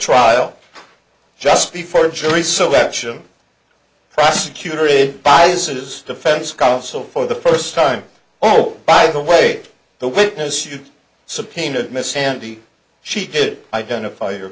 trial just before jury selection prosecutor it buys his defense counsel for the first time oh by the way the witness you subpoenaed miss sandy she did identify your